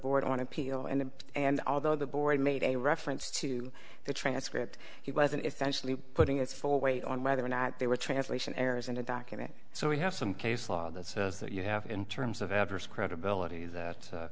board on appeal and and although the board made a reference to the transcript he wasn't essentially putting its full weight on whether or not there were translation errors in the document so we have some case law that says that you have in terms of adverse credibility that